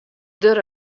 der